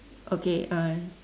okay uh